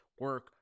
Work